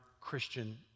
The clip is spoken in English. Christian